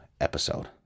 episode